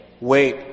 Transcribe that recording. Wait